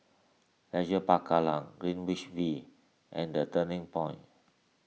Leisure Park Kallang Greenwich V and the Turning Point